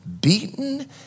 beaten